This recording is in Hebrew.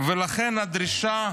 ולכן הדרישה